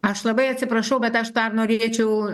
aš labai atsiprašau bet aš dar norėčiau